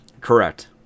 Correct